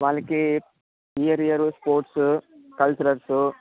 వాళ్ళకి year year sports culturals